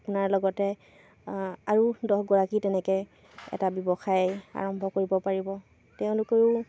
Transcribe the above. আপোনাৰ লগতে আৰু দহগৰাকী তেনেকৈ এটা ব্যৱসায় আৰম্ভ কৰিব পাৰিব তেওঁলোকেও